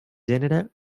gènere